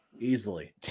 easily